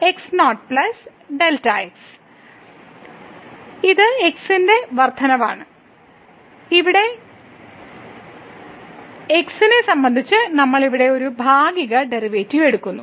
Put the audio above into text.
x0 Δx ഇത് x ന്റെ വർദ്ധനവാണ് കാരണം x നെ സംബന്ധിച്ച് നമ്മൾ ഭാഗിക ഡെറിവേറ്റീവ് എടുക്കുന്നു